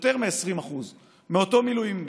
יותר מ-20% מאותו מילואימניק.